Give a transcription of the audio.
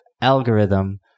algorithm